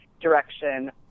direction